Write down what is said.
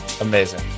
Amazing